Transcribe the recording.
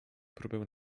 próbę